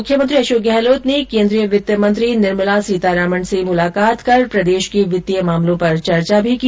मुख्यमंत्री अशोक गहलोत ने केन्द्रीय वित्त मंत्री निर्मला सीतारमण से मुलाकात कर प्रदेश के वित्तीय मामलों पर चर्चा भी की